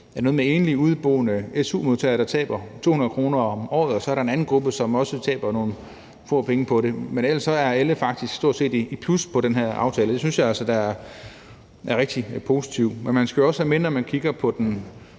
det er noget med, at enlige udeboende su-modtagere taber 200 kr. om året, og så er der en anden gruppe, som også taber lidt penge på det, men ellers går stort set alle faktisk i plus med den her aftale, og det synes jeg altså er rigtig positivt. Men man skal jo også have det med, når man kigger på den